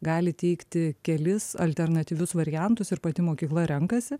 gali teikti kelis alternatyvius variantus ir pati mokykla renkasi